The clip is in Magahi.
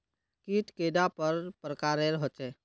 कीट कैडा पर प्रकारेर होचे?